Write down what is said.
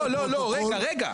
לא, רגע.